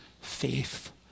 faith